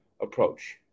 approach